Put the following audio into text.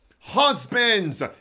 Husbands